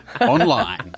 online